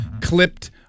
clipped